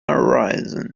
horizon